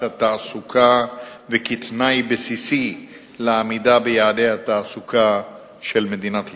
התעסוקה וכתנאי בסיסי לעמידה ביעדי התעסוקה של מדינת ישראל.